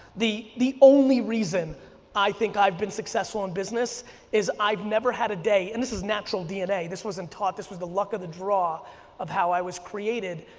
the the only reason i think i've been successful in business is i've never had a day and this is natural dna, this wasn't taught this is the luck of the draw of how i was created,